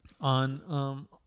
on